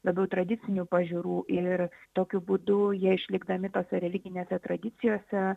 labiau tradicinių pažiūrų ir tokiu būdu jie išlikdami tose religinėse tradicijose